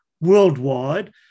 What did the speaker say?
worldwide